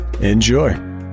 enjoy